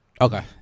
Okay